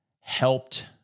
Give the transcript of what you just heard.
Helped